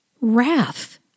wrath